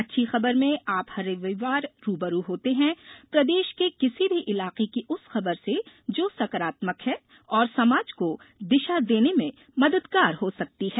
अच्छी खबर में आप हर रविवार रूबरू होते हैं प्रदेश के किसी भी इलाके की उस खबर से जो सकारात्मक है और समाज को दिशा देने में मददगार हो सकती है